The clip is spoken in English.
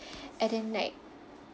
and then like